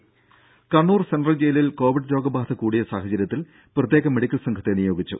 ദേദ കണ്ണൂർ സെൻട്രൽ ജയിലിൽ കോവിഡ് രോഗബാധ കൂടിയ സാഹചര്യത്തിൽ പ്രത്യേക മെഡിക്കൽ സംഘത്തെ നിയോഗിച്ചു